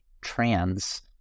trans